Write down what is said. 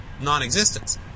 non-existence